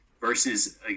versus